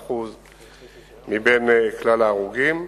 כ-36% מבין כלל ההרוגים.